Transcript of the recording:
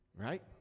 Right